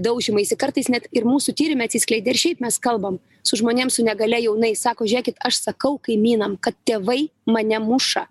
daužymaisi kartais net ir mūsų tyrime atsiskleidė ir šiaip mes kalbam su žmonėm su negalia jaunais sako žiūrėkit aš sakau kaimynam kad tėvai mane muša